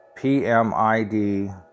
PMID